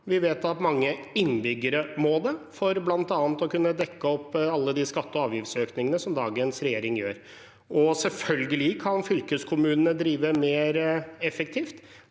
Vi vet at mange innbyggere må det, bl.a. for å kunne dekke opp for alle de skatte- og avgiftsøkningene som dagens regjering gjør, og selvfølgelig kan fylkeskommunene drive mer effektivt